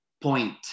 point